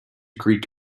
greek